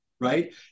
right